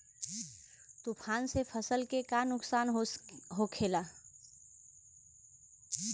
तूफान से फसल के का नुकसान हो खेला?